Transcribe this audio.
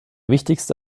wichtigste